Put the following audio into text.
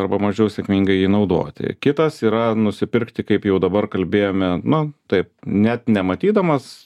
arba mažiau sėkmingai jį naudoti kitas yra nusipirkti kaip jau dabar kalbėjome nu taip net nematydamas